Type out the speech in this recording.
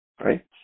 right